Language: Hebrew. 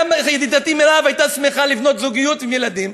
ידידתי מירב הייתה שמחה לבנות זוגיות עם ילדים,